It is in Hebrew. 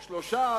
3,